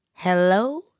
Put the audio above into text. Hello